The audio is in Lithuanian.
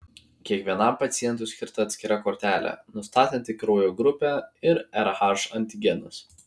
kiekvienam pacientui skirta atskira kortelė nustatanti kraujo grupę ir rh antigenus